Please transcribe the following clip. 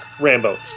Rambo